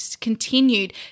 continued